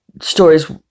stories